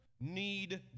Need